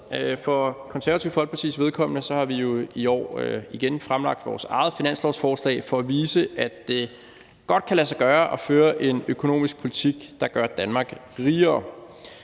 Det Konservative Folkepartis vedkommende har vi jo igen i år fremlagt vores eget finanslovsforslag for at vise, at det godt kan lade sig gøre at føre en økonomisk politik, der gør Danmark rigere.